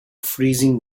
freezing